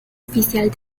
oficial